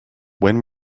when